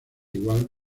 igual